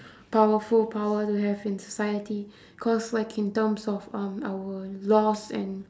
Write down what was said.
powerful power to have in society because like in terms of um our laws and